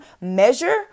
measure